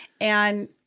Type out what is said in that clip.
And-